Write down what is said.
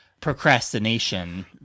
procrastination